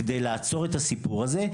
כדי לעצור את הסיפור הזה,